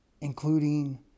including